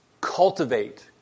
cultivate